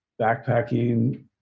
backpacking